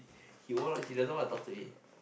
he won't he doesn't want to talk to me